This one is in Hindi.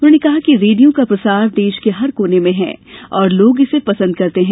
उन्होंने कहा कि रेडियो का प्रसार देश के हर कोने में है और लोग इसे पसंद करते हैं